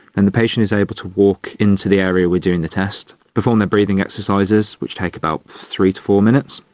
and the patient is able to walk into the area we are doing the test, perform their breathing exercises which take about three to four minutes,